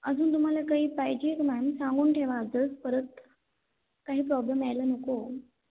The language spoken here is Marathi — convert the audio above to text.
अजून तुम्हाला काही पाहिजे का मॅम सांगून ठेवा आजच परत काही प्रॉब्लेम यायला नको